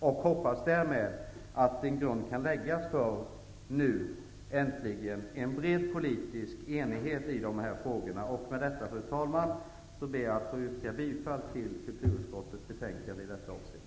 Jag hoppas därmed att en grund äntligen kan läggas för en bred politisk enighet i dessa frågor. Fru talman! Med detta ber att få yrka bifall till hemställan i kulturutskottets betänkande i detta avseende.